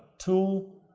to